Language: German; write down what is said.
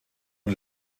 und